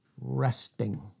Resting